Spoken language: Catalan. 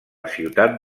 ciutat